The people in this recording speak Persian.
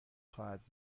خواهد